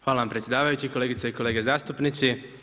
Hvala vam predsjedavajući, kolegice i kolege zastupnici.